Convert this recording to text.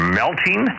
melting